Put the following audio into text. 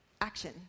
Action